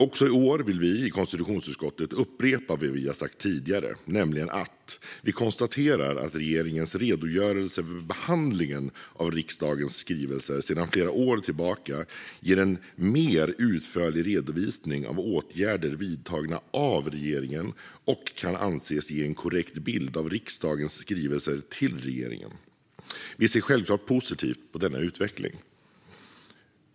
Också i år vill vi i konstitutionsutskottet upprepa vad vi har sagt tidigare, nämligen att vi konstaterar att regeringens redogörelse för behandlingen av riksdagens skrivelser sedan flera år tillbaka ger en mer utförlig redovisning av åtgärder vidtagna av regeringen och kan anses ge en korrekt bild av riksdagens skrivelser till regeringen. Vi ser självklart positivt på denna utveckling.